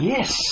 Yes